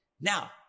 Now